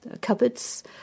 cupboards